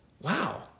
wow